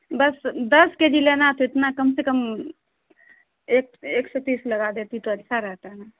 بس دس K G لینا ہے تو اتنا کم سے کم ایک ایک سو تیس لگا دیتی تو اچھا رہتا نا